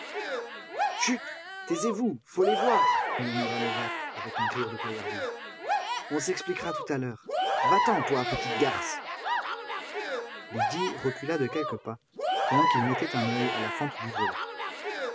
chut taisez-vous faut les voir murmura levaque avec un rire de paillardise on s'expliquera tout à l'heure va-t'en toi petite garce lydie recula de quelques pas pendant qu'il mettait un oeil à la fente du volet